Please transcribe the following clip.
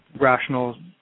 rational